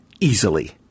easily